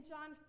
John